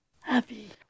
Happy